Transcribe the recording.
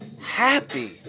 happy